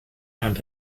and